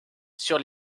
sur